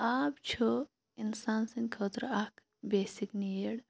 آب چھُ اِنسان سٕنٛدِ خٲطرٕ اکھ بیسِک نیٖڈ